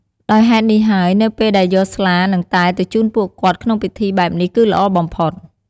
ដោយហេតុនេះហើយនៅពេលដែលយកស្លានិងតែទៅជូនពួកគាត់ក្នុងពិធីបែបនេះគឺល្អបំផុត។